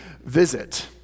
visit